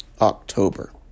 October